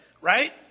right